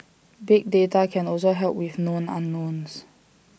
big data can also help with known unknowns